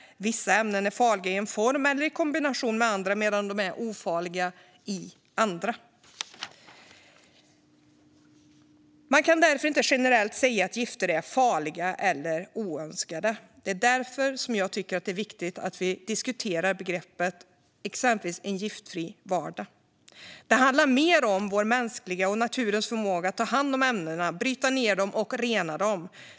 Vissa ämnen är farliga i en form eller i kombination med andra, men ofarliga i andra sammanhang. Man kan därför inte generellt säga att gifter är farliga eller oönskade. Det är viktigt att diskutera begreppet gift till exempel när man pratar om en giftfri vardag. Det handlar mer om vår mänskliga och naturens förmåga att ta hand om ämnena, bryta ned och rena dem.